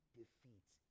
defeats